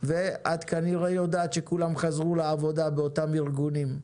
ואת כנראה יודעת שכולם חזרו לעבודה באותם ארגונים.